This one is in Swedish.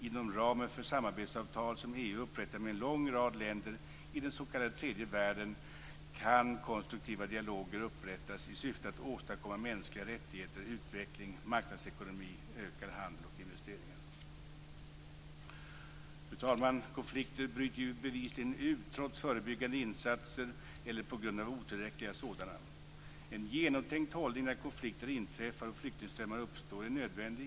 Inom ramen för samarbetsavtal som EU upprättar med en lång rad länder i den s.k. tredje världen kan konstruktiva dialoger upprättas i syfte att åstadkomma mänskliga rättigheter, utveckling, marknadsekonomi, ökad handel och investeringar. Fru talman! Konflikter bryter ju bevisligen ut trots förebyggande insatser eller på grund av otillräckliga sådana. En genomtänkt hållning när konflikter inträffar och flyktingströmmar uppstår är nödvändig.